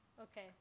Okay